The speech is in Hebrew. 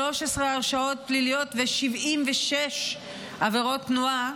13 הרשעות פליליות ו-76 עבירות תנועה,